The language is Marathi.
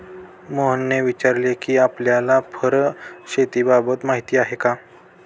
मोहनने विचारले कि आपल्याला फर शेतीबाबत माहीती आहे का?